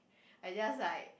I just like